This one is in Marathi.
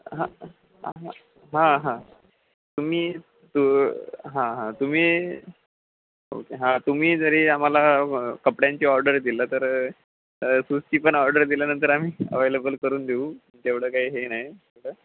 हां हां हां हां तुम्ही तू हां हां तुम्ही ओके हां तुम्ही जरी आम्हाला कपड्यांची ऑर्डर दिलं तर सूजची पण ऑर्डर दिल्यानंतर आम्ही अव्हेलेबल करून देऊ तेवढं काही हे नाही